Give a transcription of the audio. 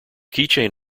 keychain